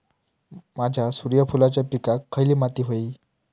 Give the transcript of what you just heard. माझ्या सूर्यफुलाच्या पिकाक खयली माती व्हयी?